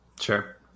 Sure